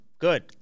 Good